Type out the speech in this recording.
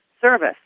service